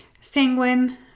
sanguine